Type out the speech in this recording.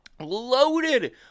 loaded